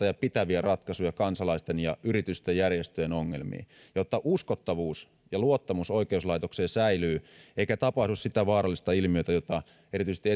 ja pitäviä ratkaisuja kansalaisten yritysten ja järjestöjen ongelmiin jotta uskottavuus ja luottamus oikeuslaitokseen säilyy eikä tapahdu sitä vaarallista ilmiötä joka erityisesti